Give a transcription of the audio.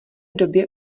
době